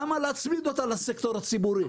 למה להצמיד אותה לסקטור הציבורי?